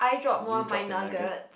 you dropped the nugget